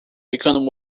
become